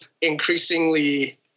increasingly